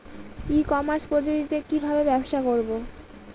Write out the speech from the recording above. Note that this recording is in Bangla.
ই কমার্স পদ্ধতিতে কি ভাবে ব্যবসা করব?